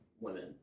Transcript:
women